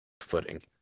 footing